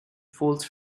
foals